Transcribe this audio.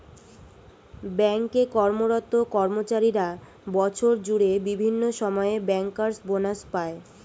bank এ কর্মরত কর্মচারীরা বছর জুড়ে বিভিন্ন সময়ে ব্যাংকার্স বনাস পায়